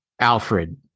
Alfred